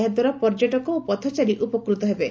ଏହାଦ୍ୱାରା ପର୍ଯ୍ୟଟକ ଓ ପଥଚାରୀ ଉପକୃତ ହେବେ